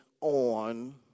on